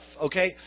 okay